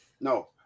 No